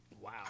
Wow